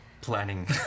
Planning